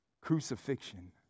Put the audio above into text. crucifixion